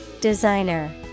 Designer